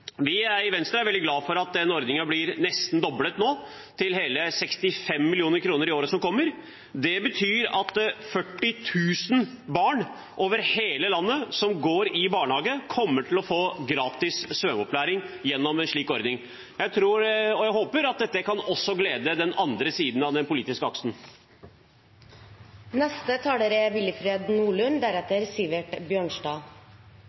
kr. Vi i Venstre er veldig glad for at denne ordningen nå blir nesten doblet, til hele 65 mill. kr, i året som kommer. Det betyr at 40 000 barn over hele landet som går i barnehage, kommer til å få gratis svømmeopplæring gjennom en slik ordning. Jeg tror og håper at dette også kan glede den andre siden av den politiske